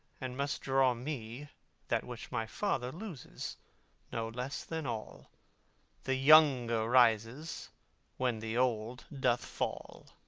and must draw me that which my father loses no less than all the younger rises when the old doth fall.